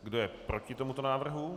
Kdo je proti tomuto návrhu.